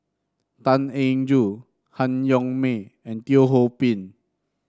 Tan Eng Joo Han Yong May and Teo Ho Pin